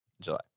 July